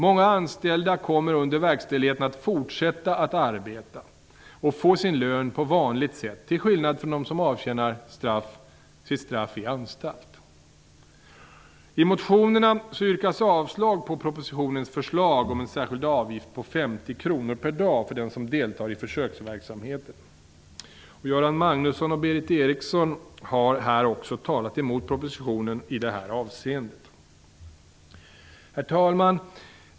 Många anställda kommer under verkställigheten att fortsätta att arbeta och få sin lön på vanligt sätt till skillnad från dem som avtjänar sitt straff i anstalt. I motionerna yrkas avslag på propositionens förslag om en särskild avgift på 50 kr per dag för den som deltar i försöksverksamheten. Göran Magnusson och Berith Eriksson har här också talat emot propositionen i detta avseende. Herr talman!